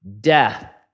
death